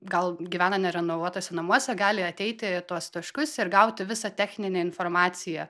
gal gyvena nerenovuotuose namuose gali ateiti į tuos taškus ir gauti visą techninę informaciją